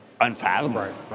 unfathomable